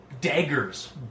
daggers